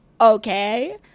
okay